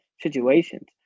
situations